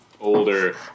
older